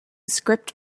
script